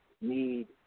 need